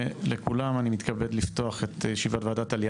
אני שמח לפתוח את ישיבת וועדת העלייה,